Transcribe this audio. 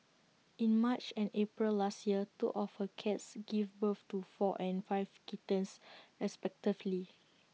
in March and April last year two of her cats give birth to four and five kittens respectively